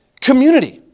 community